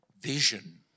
vision